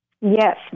Yes